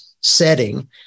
setting